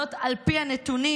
וזאת על פי הנתונים,